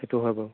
সেইটো হয় বাৰু